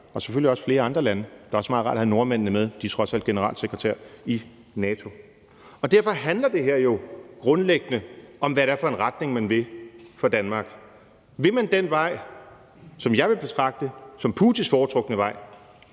og selvfølgelig også flere andre lande – det er også meget rart at have nordmændene med, de har trods alt generalsekretærposten i NATO. Derfor handler det her jo grundlæggende om, hvad det er for en retning, man vil for Danmark. Vil man den vej, som jeg vil betragte som Putins foretrukne vej,